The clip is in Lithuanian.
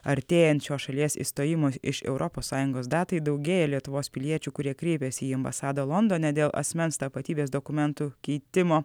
artėjančio šalies išstojimo iš europos sąjungos datai daugėja lietuvos piliečių kurie kreipėsi į ambasadą londone dėl asmens tapatybės dokumentų keitimo